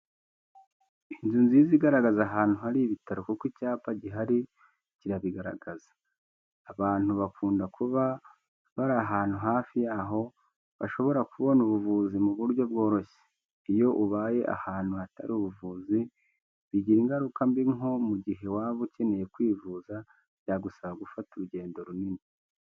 Inzu nziza igaragaza ahantu hari ibitaro kuko icyapa gihari kirabigaragaza, abantu bakunda kuba bari ahantu hafi yaho bashobora kubona ubuvuzi mu buryo bworoshye. Iyo ubaye ahantu hatari ubuvuzi bigira ingaruka mbi nko mu gihe waba ukeneye kwivuza byagusaba gufata urugendo runini.